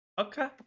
Okay